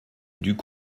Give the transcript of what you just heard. dut